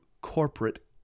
corporate